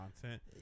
content